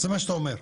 זה מה שאתה אומר.